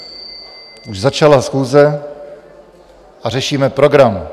Už začala schůze a řešíme program.